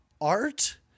art